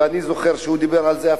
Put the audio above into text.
ואני זוכר שהוא דיבר על זה,